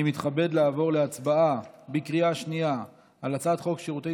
אני מתכבד לעבור להצבעה בקריאה שנייה על הצעת חוק שירותי